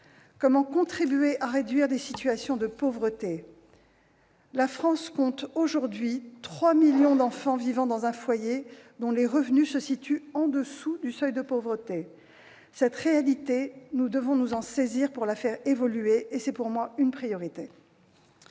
Comment contribuer à réduire les situations de pauvreté ? La France compte aujourd'hui trois millions d'enfants vivant dans un foyer dont les revenus se situent en dessous du seuil de pauvreté. Cette réalité, nous devons nous en saisir pour la faire évoluer, et c'est pour moi une priorité.